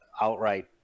outright